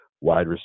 wide